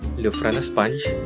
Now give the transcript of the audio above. lufra and sponge